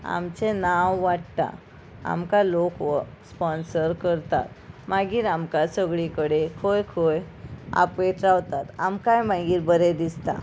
आमचे नांव वाडटा आमकां लोक व स्पोन्सर करतात मागीर आमकां सगळी कडेन खंय खंय आपत रावतात आमकांय मागीर बरें दिसता